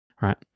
Right